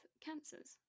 cancers